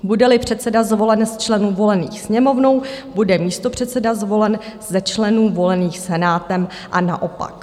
Budeli předseda zvolen z členů volených Sněmovnou, bude místopředseda zvolen ze členů volených Senátem, a naopak.